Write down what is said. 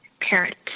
parent